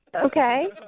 Okay